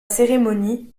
cérémonie